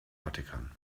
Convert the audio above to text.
vatikan